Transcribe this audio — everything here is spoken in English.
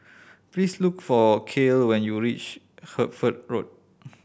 please look for Cael when you reach Hertford Road